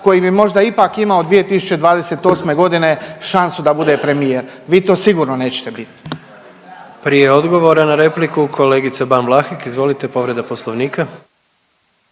koji bi možda ipak imao 2028. godine šansu da bude premijer. Vi to sigurno nećete bit. **Jandroković, Gordan (HDZ)** Prije odgovora na repliku, kolegica Ban Vlahek, izvolite povreda Poslovnika.